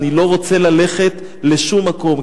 אני לא רוצה ללכת לשום מקום,